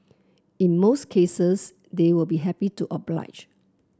in most cases they will be happy to oblige